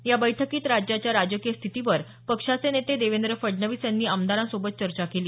या बैठकीत राज्याच्या राजकीय स्थितीवर पक्षाचे नेते देवेंद्र फडणवीस यांनी आमदारांसोबत चर्चा केली